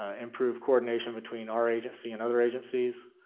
ah improve coordination between our agency and other agencies,